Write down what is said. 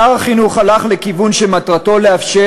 שר החינוך הלך לכיוון שמטרתו לאפשר